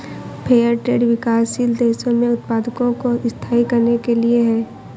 fair trade विकासशील देशों में उत्पादकों को स्थायी करने के लिए है